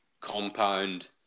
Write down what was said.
compound